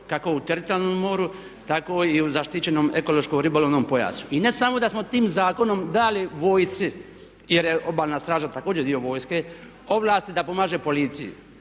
kako u teritorijalnom moru tako i u zaštićenom ekološkom ribolovnom pojasu. I ne samo da smo tim zakonom dali vojsci, jer je Obalna straža također dio vojske, ovlasti da pomaže policiji